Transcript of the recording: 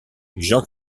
jean